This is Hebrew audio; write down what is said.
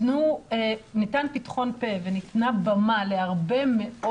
ניתן פתחון פה וניתנה במה להרבה מאוד